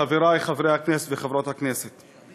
חברי חברי הכנסת וחברות הכנסת,